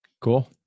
Cool